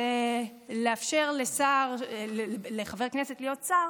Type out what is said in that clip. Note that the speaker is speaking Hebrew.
היא לאפשר לחבר כנסת להיות שר